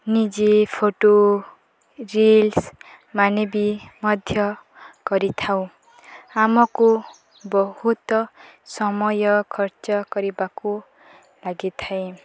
ନିଜେ ଫଟୋ ରିଲ୍ସମାନେ ବି ମଧ୍ୟ କରିଥାଉ ଆମକୁ ବହୁତ ସମୟ ଖର୍ଚ୍ଚ କରିବାକୁ ଲାଗିଥାଏ